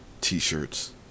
t-shirts